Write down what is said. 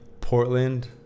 Portland